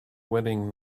wedding